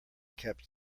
kept